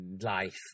Life